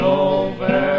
over